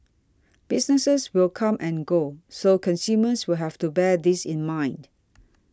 businesses will come and go so consumers will have to bear this in mind